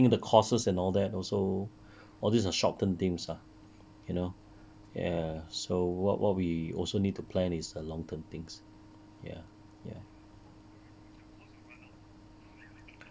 ya as in as in like taking the courses and all that also all these are short term things lah you know ya so wha~ what we also need to plan is a long term things ya